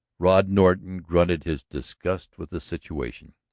rod norton grunted his disgust with the situation.